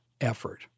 effort